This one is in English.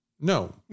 no